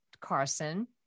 Carson